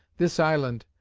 this island,